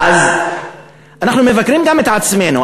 אז אנחנו מבקרים גם את עצמנו.